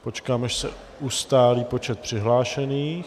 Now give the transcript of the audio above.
Počkám, až se ustálí počet přihlášených.